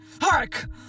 hark